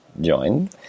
join